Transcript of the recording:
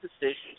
decisions